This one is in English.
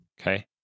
okay